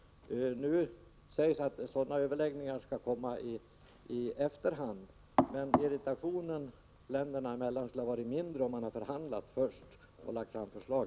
Nu sägs att sådana överläggningar skall komma i efterhand. Irritationen länderna emellan skulle dock ha varit mindre om man hade förhandlat först och sedan lagt fram förslag.